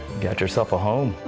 got yourself a home.